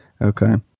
Okay